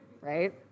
right